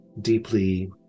deeply